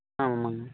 ஆமாங்க